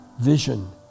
vision